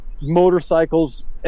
motorcycles